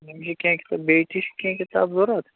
یِم چھِ کیٚنٛہہ کِتاب بیٚیہِ تہِ چھِ کیٚنٛہہ کِتاب ضوٚرَتھ